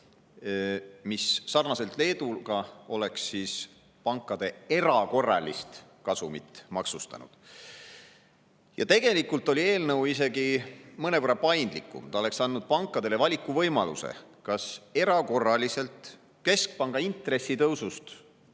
mis sarnaselt Leeduga oleks pankade erakorralist kasumit maksustanud. Tegelikult oli eelnõu isegi mõnevõrra paindlikum, see oleks andnud pankadele valikuvõimaluse, kas keskpanga intressitõusust